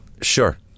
Sure